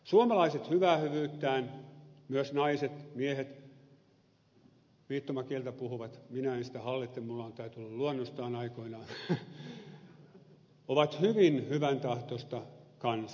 suomalaiset hyvää hyvyyttään myös naiset miehet viittomakieltä puhuvat minä en sitä hallitse minulla on täytynyt olla luonnostaan aikoinaan ovat hyvin hyväntahtoista kansaa